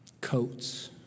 coats